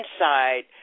inside